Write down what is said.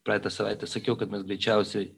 praeitą savaitę sakiau kad mes greičiausiai